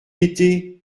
été